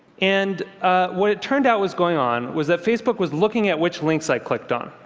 and what it turned out was going on was that facebook was looking at which links i clicked on,